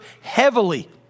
heavily